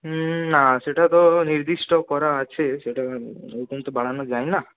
হ্যাঁ না সেটা তো নির্দিষ্ট করা আছে সেটা ওরকম তো বাড়ানো যায় না